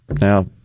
now